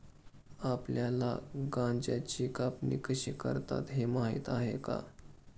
आपल्याला गांजाची कापणी कशी करतात हे माहीत आहे का?